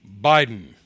Biden